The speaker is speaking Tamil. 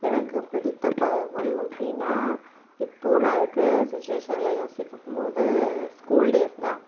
எனக்கு பிடித்த பருவம் அப்படின்னா இப்போது நான் இருக்கிற சுச்சிவேஷனில் யோசிக்கும் போது ஸ்கூல் டேஸ் தான்